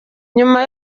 nyuma